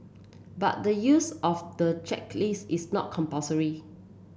but the use of the checklist is not compulsory